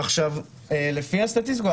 לפי הסטטיסטיקה,